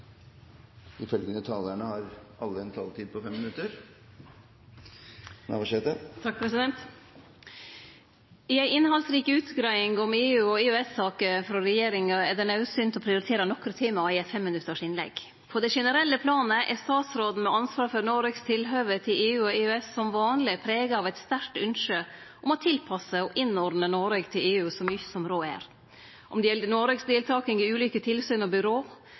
det naudsynt å prioritere nokre tema i eit fem minuttars innlegg. På det generelle planet er statsråden med ansvar for Noregs tilhøve til EU og EØS som vanleg prega av eit sterkt ynskje om å tilpasse og innordne Noreg til EU så mykje som råd er. Om det gjeld Noreg si deltaking i ulike tilsyn og byrå,